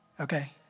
Okay